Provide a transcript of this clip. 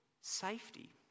safety